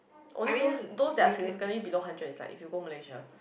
only those those are significant below hundred is like if you go Malaysia